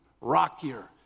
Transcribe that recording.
rockier